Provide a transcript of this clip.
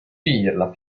finirla